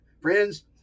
Friends